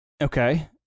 Okay